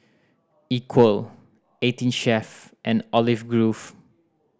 Equal Eighteen Chef and Olive Grove